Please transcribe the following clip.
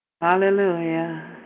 Hallelujah